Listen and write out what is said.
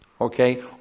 okay